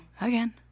again